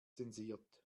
zensiert